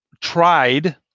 tried